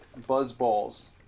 Buzzballs